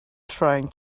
trying